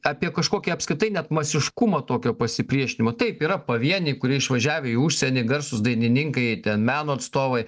apie kažkokį apskritai net masiškumą tokio pasipriešinimo taip yra pavieniai kurie išvažiavę į užsienį garsūs dainininkai ten meno atstovai